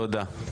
תודה.